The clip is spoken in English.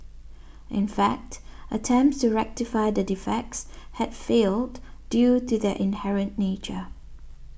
in fact attempts to rectify the defects have failed due to their inherent nature